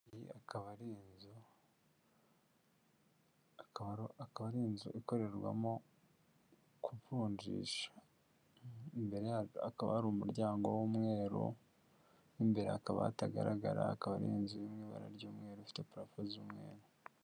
Akaba ari inzu, akaba ari inzu ikorerwamo kuvunjisha, imbere yayo hakaba hari umuryango w'umweru, mo imbere hakaba hatagaragara, akaba ari inzu iri mu ibara ry'mweru, ufite purafo z'umweru.